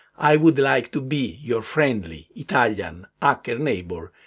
i would like to be your friendly italian hacker neighbor,